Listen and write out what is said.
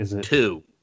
Two